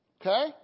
Okay